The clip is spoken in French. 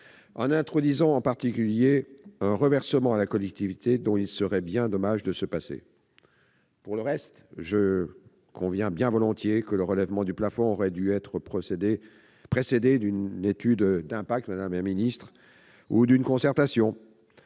en introduisant en particulier un reversement à la collectivité dont il serait bien dommage de se passer. Pour le reste, je conviens bien volontiers que le relèvement du plafond aurait dû être précédé d'une étude d'impact et d'une concertation.